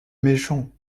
méchant